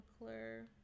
McClure